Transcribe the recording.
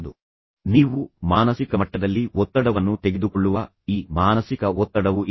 ತದನಂತರ ನೀವು ಮಾನಸಿಕ ಮಟ್ಟದಲ್ಲಿ ಒತ್ತಡವನ್ನು ತೆಗೆದುಕೊಳ್ಳುವ ಈ ಮಾನಸಿಕ ಒತ್ತಡವೂ ಇದೆ